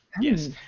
Yes